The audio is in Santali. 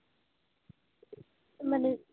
ᱢᱟᱱᱮ